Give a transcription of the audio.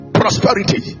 prosperity